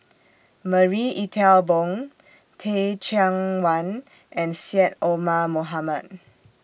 Marie Ethel Bong Teh Cheang Wan and Syed Omar Mohamed